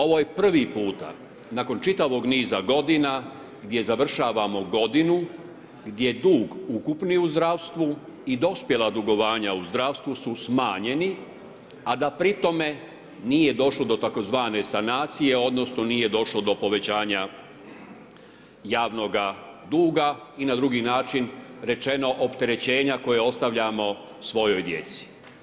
Ovo je prvi puta nakon čitavog niza godina gdje završavamo godinu gdje dug ukupni u zdravstvu i dospjela dugovanja u zdravstvu su smanjeni a da pri tome nije došlo do tzv. sanacije odnosno nije došlo do povećanja javnoga duga i na drugi način rečeno opterećenja koja ostavljamo svojoj djeci.